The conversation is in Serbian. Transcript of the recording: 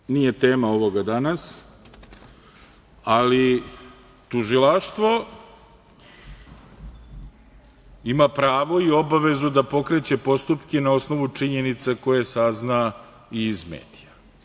Iako nije tema ovoga danas, ali tužilaštvo ima pravo i obavezu da pokreće postupke na osnovu činjenica koje sazna i iz medija.